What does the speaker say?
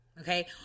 okay